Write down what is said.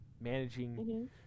managing